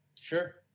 Sure